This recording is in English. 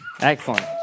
Excellent